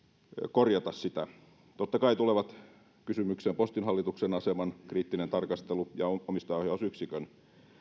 korjata sitä totta kai tulevat kysymykseen postin hallituksen aseman kriittinen tarkastelu ja omistajaohjausyksikön